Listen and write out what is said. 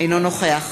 אינו נוכח